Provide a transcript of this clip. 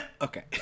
okay